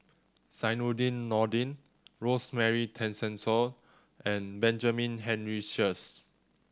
Zainudin Nordin Rosemary Tessensohn and Benjamin Henry Sheares